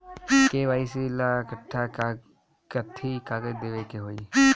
KYC ला कट्ठा कथी कागज देवे के होई?